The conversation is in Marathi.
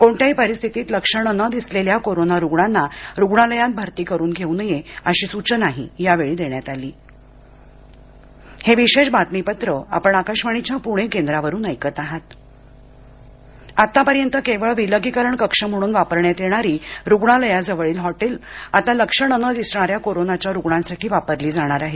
कोणत्याही परिस्थितीत लक्षणे न दिसलेल्या कोरोना रुग्णांना रुग्णालयात भरती करून घेऊ नये अशी सूचनाही यावेळी देण्यात आली हॉटेल आत्तापर्यंत केवळ विलगीकरण कक्ष म्हणून वापरण्यात येणारी रुग्णालयाजवळील हॉटेल आता लक्षण न दिसणाऱ्या कोरोनाच्या रुग्णांसाठी वापरली जाणार आहेत